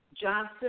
Johnson